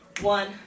One